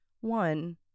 One